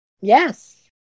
Yes